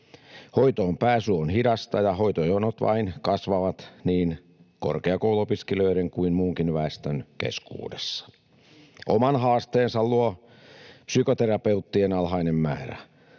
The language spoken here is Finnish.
Hoitoonpääsy on hidasta, ja hoitojonot vain kasvavat niin korkeakouluopiskelijoiden kuin muunkin väestön keskuudessa. Oman haasteensa luo psykoterapeuttien alhainen määrä.